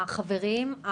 החברים,